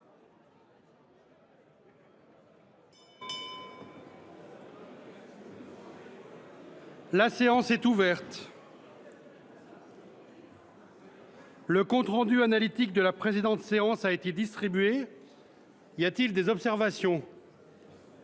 La séance est ouverte. Le compte rendu analytique de la précédente séance a été distribué. Il n’y a pas d’observation ?…